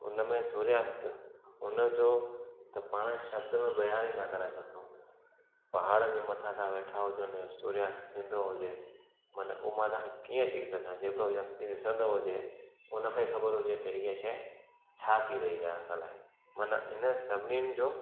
हुनमें सूर्यास्त हुनजो त पाणि शब्द में बयान ई न कराए सघूं पहाड़नि जे मथां तव्हां वेठा हुजो ने सूर्यास्त थींदो हुजे माना हू मां तव्हांखे कीअं चई सघां जेको व्यक्ति ॾिसंदो हुजे हुनखे ख़बर हुजे के ईअं शइ छा थी रही आहे असां लाइ माना इन सभिनिनि जो